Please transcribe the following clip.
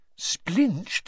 splinched